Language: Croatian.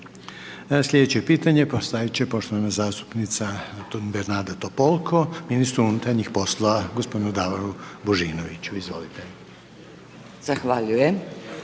Slijedeće pitanje postavit će poštovana zastupnica Bernarda Topolko, ministru unutarnjih poslova g. Davoru Božinoviću, izvolite. **Topolko,